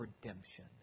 redemption